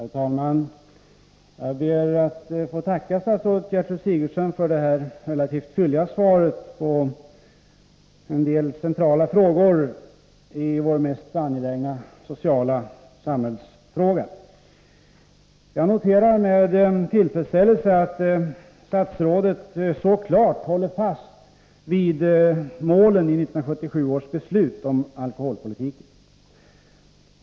Herr talman! Jag ber att få tacka statsrådet Gertrud Sigurdsen för det relativt fylliga svaret på en del centrala frågor när det gäller vår mest angelägna sociala samhällsfråga. Jag noterar med tillfredsställelse att statsrådet så klart håller fast vid målen i 1977 års beslut om alkoholpolitiken.